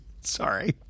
sorry